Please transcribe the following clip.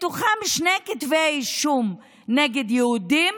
מתוכם שני כתבי אישום נגד יהודים,